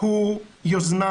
הוא יוזמה